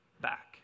back